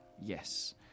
Yes